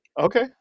Okay